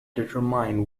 determine